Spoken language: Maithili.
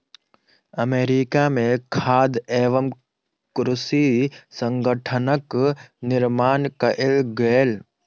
अमेरिका में खाद्य एवं कृषि संगठनक निर्माण कएल गेल